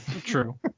True